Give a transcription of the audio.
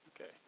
Okay